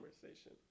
conversation